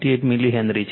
58 milli henry છે